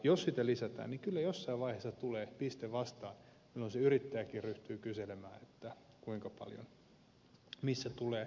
jos sitä lisätään niin kyllä jossain vaiheessa tulee piste vastaan jolloin se yrittäjäkin ryhtyy kyselemään missä tulee raja vastaan